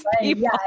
people